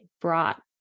brought